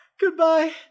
goodbye